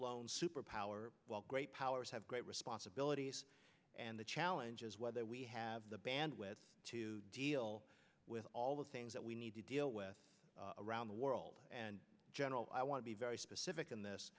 lone superpower while great powers have great responsibilities and the challenges whether we have the bandwidth to deal with all the things that we need to deal with around the world and general i want to be very specific in this